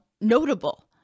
notable